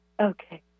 Okay